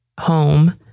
home